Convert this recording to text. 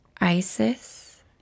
Isis